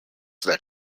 that